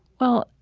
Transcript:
well,